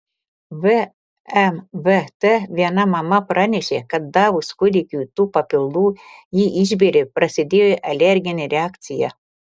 vmvt viena mama pranešė kad davus kūdikiui tų papildų jį išbėrė prasidėjo alerginė reakcija